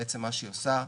ומה שהיא עושה,